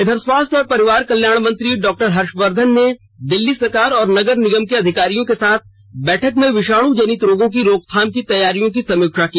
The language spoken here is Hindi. इधर स्वास्थ्य और परिवार कल्याण मंत्री डॉक्टर हर्षवर्धन ने दिल्ली सरकार और नगर निगम के अधिकारियों के साथ बैठक में विषाणु जनित रोगों की रोकथाम की तैयारियों की समीक्षा की